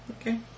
Okay